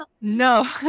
no